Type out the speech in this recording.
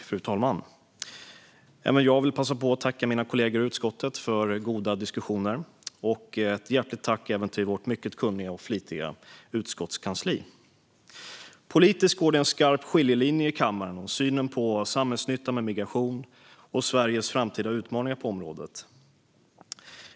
Fru talman! Även jag vill tacka mina kollegor i utskottet för goda diskussioner. Hjärtligt tack även till vårt mycket kunniga och flitiga utskottskansli! Politiskt går det en skarp skiljelinje i kammaren i synen på samhällsnyttan med migration och Sveriges framtida utmaningar på området.